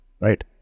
Right